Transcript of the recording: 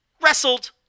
wrestled